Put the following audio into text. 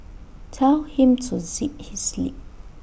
tell him to zip his lip